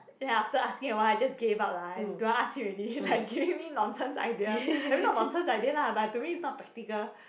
then after asking awhile I just gave up lah I don't want ask him already like giving me nonsense idea I mean not nonsense idea lah but to me is not practical